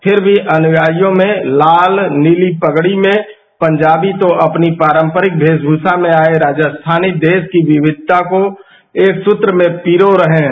फिर भी अनुयायियों में लाल नीली पीली पगड़ी में पंजाबी तो अपनी पारंपरिक वेशब्रवा में आये राजस्थानी देश की विक्षिता को एक सूत्र में पिरो रहे हैं